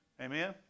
Amen